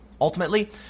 Ultimately